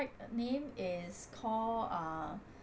name is call uh